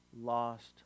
lost